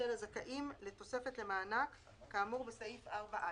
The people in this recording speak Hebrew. של הזכאים לתוספת למענק כאמור בסעיף 4(א)".